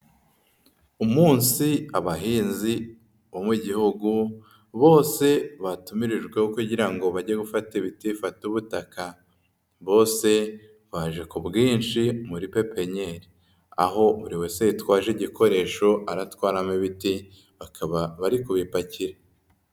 Umunsi abahinzi bo mu gihugu bose batumirijweho kugira ngo bage gufata ibiti bifata ubutaka. Bose baje ku bwinshi muri pepenyeri. Aho buri wese yitwaje igikoresho aratwaramo ibiti, bakaba bari kubipakira.